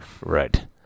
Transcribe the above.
Right